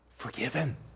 forgiven